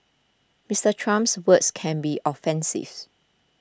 Mister Trump's words can be offensives